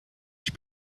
ich